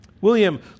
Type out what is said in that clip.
William